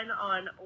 on